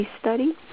Study